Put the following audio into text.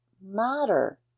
matter